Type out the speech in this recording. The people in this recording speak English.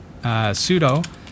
sudo